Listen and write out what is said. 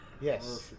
yes